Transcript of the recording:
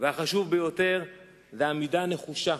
והחשוב ביותר הוא עמידה נחושה.